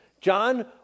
John